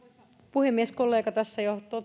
puhemies kollega tässä jo